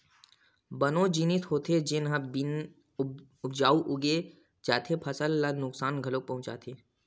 बन ओ जिनिस होथे जेन ह बिन उपजाए उग जाथे अउ फसल ल नुकसान घलोक पहुचाथे